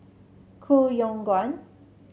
Koh Yong Guan